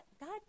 God